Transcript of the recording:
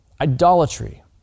Idolatry